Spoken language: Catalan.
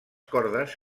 cordes